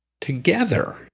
together